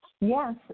Yes